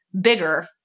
bigger